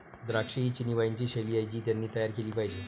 द्राक्षे ही चिनी वाइनची शैली आहे जी त्यांनी तयार केली पाहिजे